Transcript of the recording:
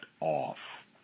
off